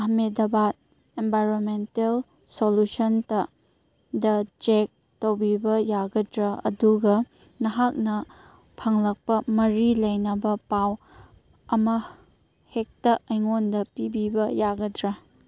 ꯑꯃꯦꯗꯕꯥꯠ environmental ꯁꯣꯂꯨꯁꯟꯇ ꯗ check ꯇꯧꯕꯤꯕ ꯌꯥꯒꯗ꯭ꯔꯥ ꯑꯗꯨꯒ ꯅꯍꯥꯛꯅ ꯐꯪꯂꯛꯄ ꯃꯔꯤ ꯂꯩꯅꯕ ꯄꯥꯎ ꯑꯃ ꯍꯦꯛꯇ ꯑꯩꯉꯣꯟꯗ ꯄꯤꯕꯤꯕ ꯌꯥꯒꯗ꯭ꯔꯥ